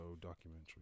documentary